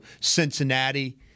Cincinnati